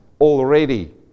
already